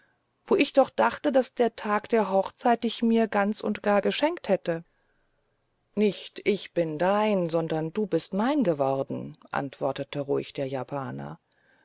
wo ich doch dachte daß der tag der hochzeit dich mir ganz und gar geschenkt hätte nicht ich bin dein sondern du bist mein geworden antwortete ruhig der japaner